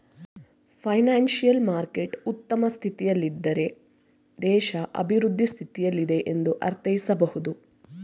financial market ಉತ್ತಮ ಸ್ಥಿತಿಯಲ್ಲಿದ್ದಾರೆ ದೇಶ ಅಭಿವೃದ್ಧಿ ಸ್ಥಿತಿಯಲ್ಲಿದೆ ಎಂದು ಅರ್ಥೈಸಬಹುದು